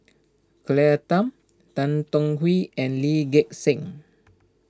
Claire Tham Tan Tong Hye and Lee Gek Seng